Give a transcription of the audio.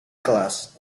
kelas